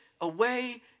away